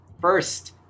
first